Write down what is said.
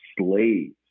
slaves